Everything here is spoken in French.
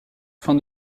fin